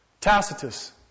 Tacitus